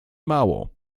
mało